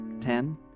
Ten